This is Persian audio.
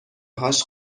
هاش